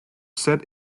set